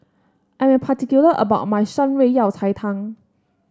I am particular about my Shan Rui Yao Cai Tang